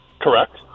Correct